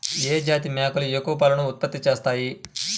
ఏ జాతి మేకలు ఎక్కువ పాలను ఉత్పత్తి చేస్తాయి?